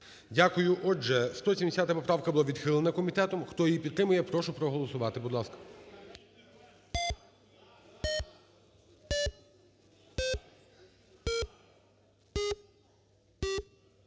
Дякую вам. 171 правка була відхилена комітетом. Хто її підтримує, прошу голосувати,